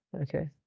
Okay